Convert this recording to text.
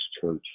Church